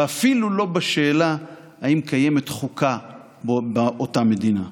ואפילו לא בשאלה אם קיימת חוקה באותה מדינה.